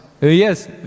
Yes